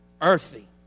earthy